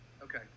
Okay